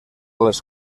les